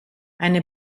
eine